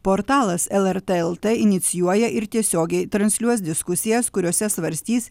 portalas lrt lt inicijuoja ir tiesiogiai transliuos diskusijas kuriose svarstys